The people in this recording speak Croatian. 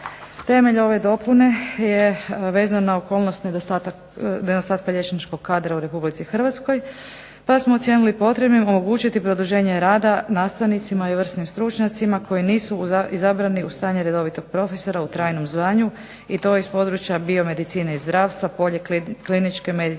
Temelju ove dopune je vezana okolnost nedostatka liječničkog kadra u Republici Hrvatskoj, pa smo ocijenili potrebnim omogućiti produženje rada nastavnicima i vrsnim stručnjacima koji nisu izabrani u stanje redovitog profesora u trajnom zvanju i to iz područja biomedicine i zdravstva, polje kliničke medicinske